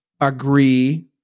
agree